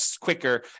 quicker